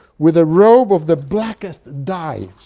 with a robe of the blackest dye,